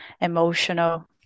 emotional